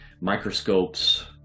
microscopes